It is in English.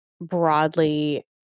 broadly